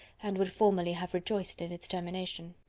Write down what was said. and would formerly have rejoiced in its termination.